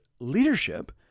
leadership